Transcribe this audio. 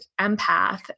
empath